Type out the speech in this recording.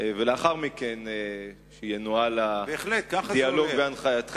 ולאחר מכן ינוהל הדיאלוג בהנחייתך.